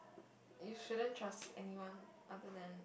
you shouldn't trust anyone other than